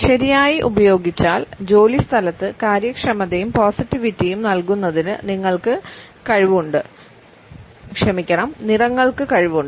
ശരിയായി ഉപയോഗിച്ചാൽ ജോലിസ്ഥലത്ത് കാര്യക്ഷമതയും പോസിറ്റിവിറ്റിയും നൽകുന്നതിന് നിറങ്ങൾക്ക് കഴിവുണ്ട്